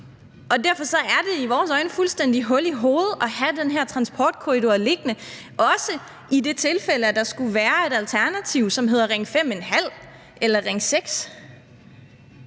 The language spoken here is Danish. Derfor er det i vores øjne fuldstændig hul i hovedet at have den her transportkorridorer liggende, også i det tilfælde, at der skulle være et alternativ, som hedder Ring 5½ eller Ring 6.